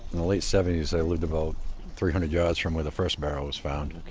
the late seventy s i lived about three hundred yards from where the first barrel was found.